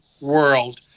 world